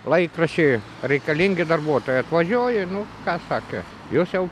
laikraščiai reikalingi darbuotojai atvažiuoji nu ką sakė jūs jau